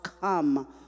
come